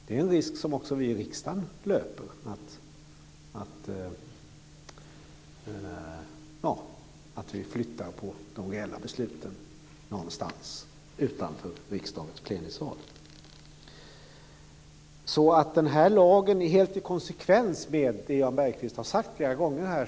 Det är en risk som också vi i riksdagen löper, att vi flyttar de reella besluten någonstans utanför riksdagens plenisal. Den här lagen är helt i konsekvens med det som Jan Bergqvist har sagt flera gånger här.